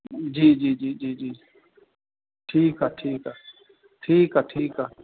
जी जी जी जी ठीकु आहे ठीकु आहे ठीकु आहे ठीकु आहे